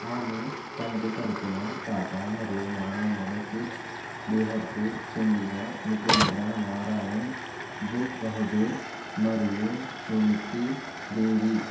ఆమె తండ్రి తరపున తాత మరియు నానమ్మలు కూచ్ బీహర్కు చెందిన నుపేంద్ర నారాయణ్ భూప్ బహదూర్ మరియు సునితి దేవి